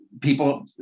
people